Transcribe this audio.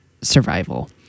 survival